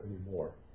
anymore